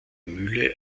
mühle